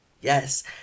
Yes